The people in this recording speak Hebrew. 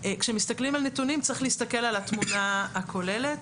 צריך להסתכל על התמונה הכוללת.